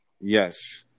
yes